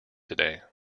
today